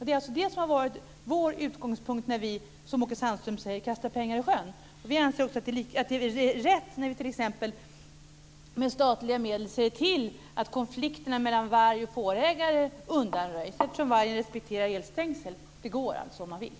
Det är det som har varit vår utgångspunkt när vi, som Åke Sandström säger, kastar pengar i sjön. Vi anser också att det är rätt när man t.ex. med statliga medel ser till att konflikterna mellan varg och fårägare undanröjs. Vargen respekterar elstängsel. Det går alltså, om man vill.